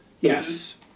Yes